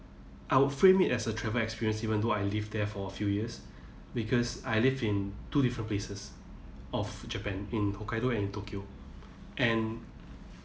I would frame it as a travel experience even though I lived there for a few years because I live in two different places of japan in hokkaido and tokyo and